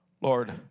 Lord